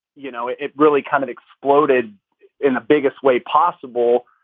you know, it really kind of exploded in the biggest way possible.